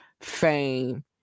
fame